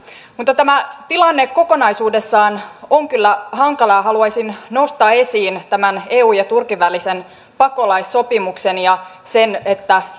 mutta tämä tilanne kokonaisuudessaan on kyllä hankala ja haluaisin nostaa esiin tämän eun ja turkin välisen pakolaissopimuksen ja sen että kun